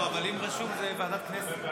לא, אבל לי חשוב בוועדת הכנסת.